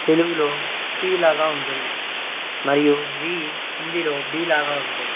తెలుగులో టీ లాగా ఉంటుంది మరియు వీ హిందీలో డీ లాగా ఉంటుంది